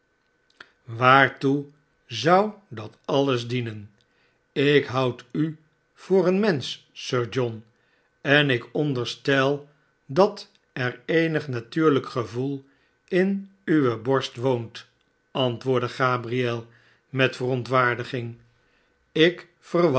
waartoe zou dat alles dienen ik houd u voor een mensch sir john en ik onderstel dat er eenig natuurlijk gevoel in uwe fcorst woont antwoordde gabriel met verontwaardiging